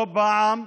לא פעם,